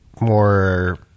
more